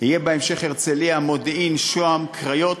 יהיה בהמשך הרצליה, מודיעין, שוהם, הקריות,